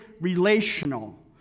relational